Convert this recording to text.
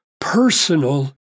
personal